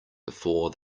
before